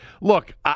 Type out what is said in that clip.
Look